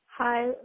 Hi